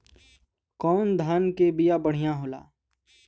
कौन धान के बिया बढ़ियां होला?